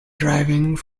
driving